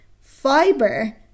fiber